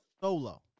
solo